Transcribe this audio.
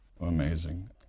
Amazing